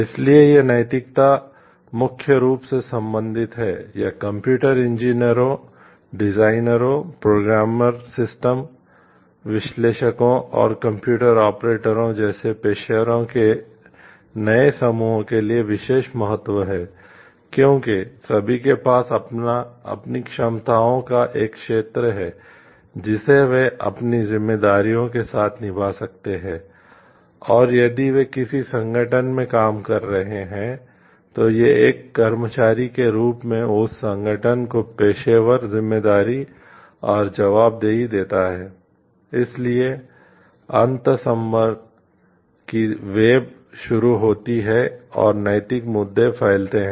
इसलिए यह नैतिकता मुख्य रूप से संबंधित है या कंप्यूटर इंजीनियरों शुरू होती है और नैतिक मुद्दे फैलते हैं